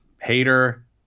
Hater